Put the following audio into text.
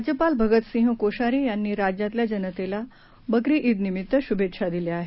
राज्यपाल भगतसिंह कोश्यारी यांनी राज्यातल्या जनतेला बकरी ईद निमित्त शूभेच्छा दिल्या आहेत